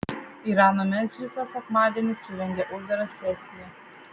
irano medžlisas sekmadienį surengė uždarą sesiją